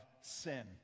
sin